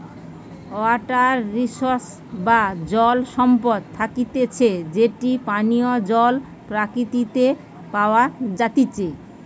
water resource বা জল সম্পদ থাকতিছে যেটি পানীয় জল প্রকৃতিতে প্যাওয়া জাতিচে